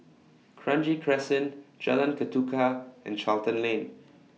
Kranji Crescent Jalan Ketuka and Charlton Lane